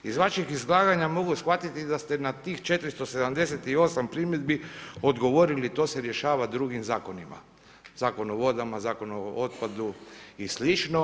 Iz vašeg izlaganja mogu shvatiti da ste na tih 478 primjedbi odgovorili to se rješava drugim zakonima, Zakon o vodama, Zakon o otpadu i slično.